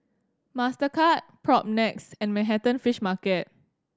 Mastercard Propnex and Manhattan Fish Market